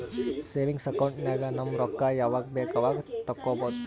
savings account ನಾಗ್ ನಮ್ ರೊಕ್ಕಾ ಯಾವಾಗ ಬೇಕ್ ಅವಾಗ ತೆಕ್ಕೋಬಹುದು